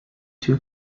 two